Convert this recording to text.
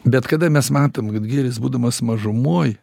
bet kada mes matom kad gėris būdamas mažumoj